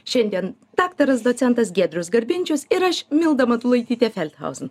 šiandien daktaras docentas giedrius garbinčius ir aš milda matulaitytė felthausen